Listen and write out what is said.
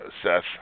Seth